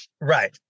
Right